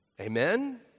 Amen